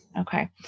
Okay